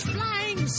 Flying